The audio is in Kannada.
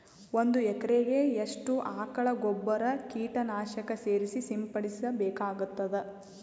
ಒಂದು ಎಕರೆಗೆ ಎಷ್ಟು ಆಕಳ ಗೊಬ್ಬರ ಕೀಟನಾಶಕ ಸೇರಿಸಿ ಸಿಂಪಡಸಬೇಕಾಗತದಾ?